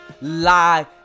lie